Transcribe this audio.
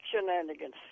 shenanigans